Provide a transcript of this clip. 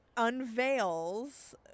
unveils